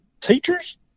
teachers